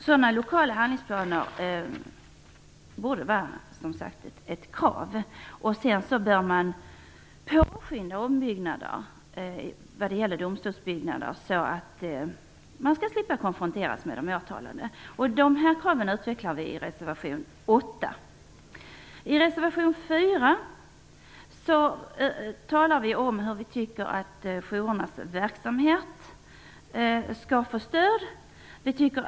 Sådana lokala handlingsplaner borde, som sagt, vara ett krav. Sedan bör man också påskynda ombyggnader av domstolsbyggnader så att man skall slippa att konfronteras med de åtalade. Dessa krav utvecklar vi i reservation 8. I reservation 4 talar vi om att vi tycker att jourerna bör få stöd.